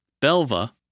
Belva